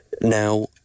now